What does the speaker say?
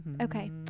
Okay